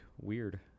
weird